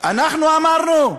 אנחנו אמרנו?